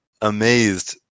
amazed